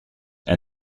and